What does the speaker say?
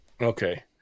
Okay